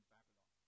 Babylon